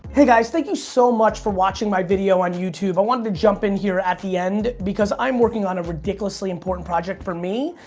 hey guys, thank you so much for watching my video on youtube. i wanted to jump in here at the end because i'm working on a ridiculously important project for me.